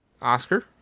Oscar